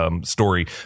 story